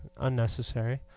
Unnecessary